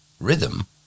Rhythm